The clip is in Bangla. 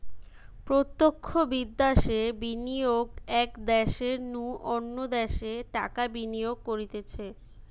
প্রত্যক্ষ বিদ্যাশে বিনিয়োগ এক দ্যাশের নু অন্য দ্যাশে টাকা বিনিয়োগ করতিছে